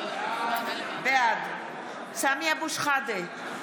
בעד סמי אבו שחאדה,